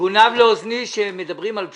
גונב לאוזניי שמדברים על פשרה?